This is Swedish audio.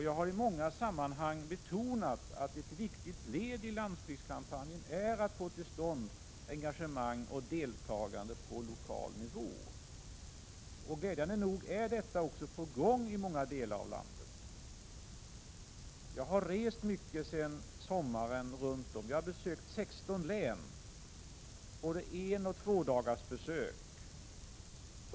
Jag har i många sammanhang betonat att ett viktigt led i landsbygdskampanjen är att få till stånd engagemang och deltagande på lokal nivå. Glädjande nog är detta också på gång i några delar av landet. Jag har sedan sommaren besökt 16 län och gjort både enoch tvådagarsbesök.